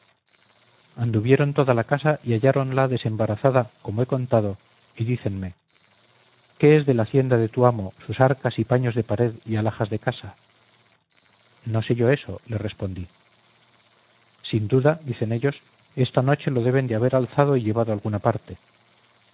anduvieron toda la casa y halláronla desembarazada como he contado y dícenme qué es de la hacienda de tu amo sus arcas y paños de pared y alhajas de casa no sé yo eso le respondí sin duda dicen ellos esta noche lo deben de haber alzado y llevado a alguna parte